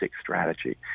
strategy